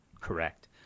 Correct